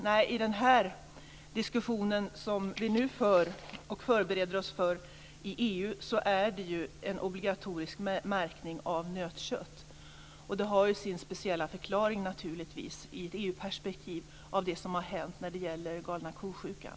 Nej, i den diskussion som vi nu förbereder oss för i EU är det fråga om en obligatorisk märkning av nötkött. Det har naturligtvis sin speciella förklaring i ett EU-perspektiv efter det som har hänt när det gäller galna ko-sjukan.